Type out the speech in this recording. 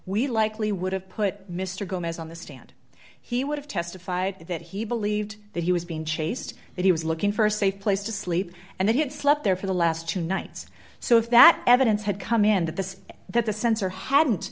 we likely would have put mr gomez on the stand he would have testified that he believed that he was being chased that he was looking for a safe place to sleep and that he had slept there for the last two nights so if that evidence had come in to that the sensor hadn't